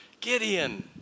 Gideon